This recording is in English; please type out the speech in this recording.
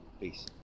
Peace